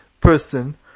person